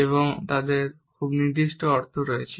এবং তাদের খুব নির্দিষ্ট অর্থ রয়েছে